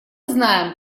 знаем